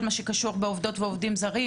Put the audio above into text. הדיונים הקשורים בעובדות והעובדים הזרים,